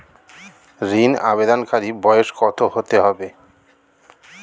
ঋন আবেদনকারী বয়স কত হতে হবে?